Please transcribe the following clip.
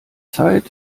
zeit